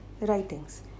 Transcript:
writings